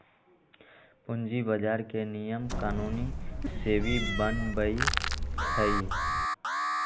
पूंजी बजार के नियम कानून सेबी बनबई छई